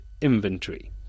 inventory